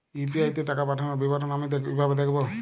UPI তে পাঠানো টাকার বিবরণ আমি কিভাবে দেখবো?